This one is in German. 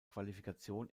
qualifikation